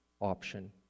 option